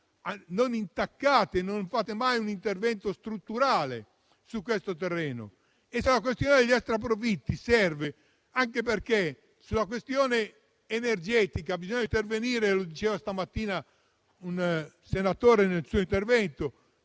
In sostanza non fate mai un intervento strutturale su questo terreno. Il tema degli extraprofitti serve anche perché sulla questione energetica bisogna intervenire, come rilevato stamattina da un senatore nel suo intervento,